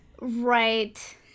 Right